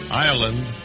Ireland